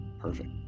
perfect